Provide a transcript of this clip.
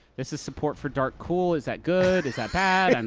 this is support for dark cool. is that good? is that bad? and